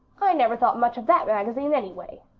i never thought much of that magazine, anyway,